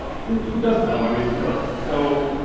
who who does know, i mean, really? so